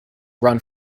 run